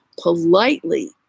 Politely